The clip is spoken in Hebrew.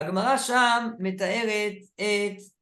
הגמרה שם מתארת את...